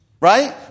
Right